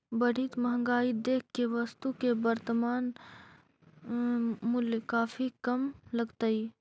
बढ़ित महंगाई देख के वस्तु के वर्तनमान मूल्य काफी कम लगतइ